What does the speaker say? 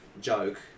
joke